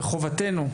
וחובתנו,